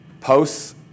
posts